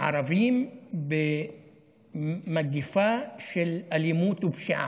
ערבים במגפה של אלימות ופשיעה.